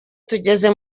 tugeze